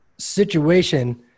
situation